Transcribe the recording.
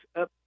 up